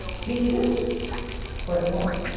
jesus or the woman?